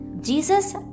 Jesus